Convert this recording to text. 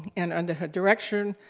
and under her direction,